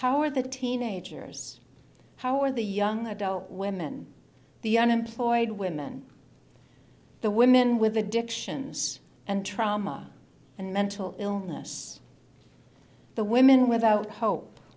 how are the teenagers how are the young adult women the unemployed women the women with addictions and trauma and mental illness the women without hope